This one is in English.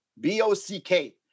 B-O-C-K